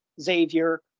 Xavier